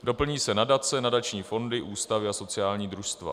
Doplní se nadace, nadační fondy, ústavy a sociální družstva.